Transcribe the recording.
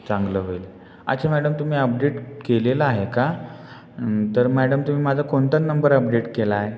चांगलं होईल अच्छा मॅडम तुम्ही अपडेट केलेला आहे का तर मॅडम तुम्ही माझा कोणता नंबर अपडेट केला आहे